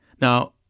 Now